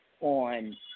on